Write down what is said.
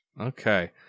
Okay